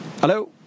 Hello